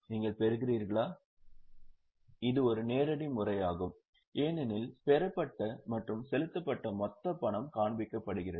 நீங்கள் பெறுகிறீர்களா இது ஒரு நேரடி முறையாகும் ஏனெனில் பெறப்பட்ட மற்றும் செலுத்தப்பட்ட மொத்த பணம் காண்பிக்கப்படுகிறது